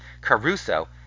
Caruso